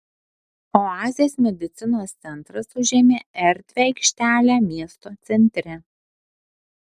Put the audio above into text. oazės medicinos centras užėmė erdvią aikštelę miesto centre